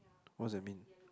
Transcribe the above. what's that mean